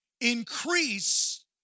Increase